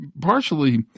partially